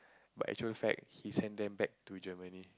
but actual fact he send them back to Germany